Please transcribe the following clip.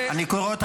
מותר לזרוק הערות,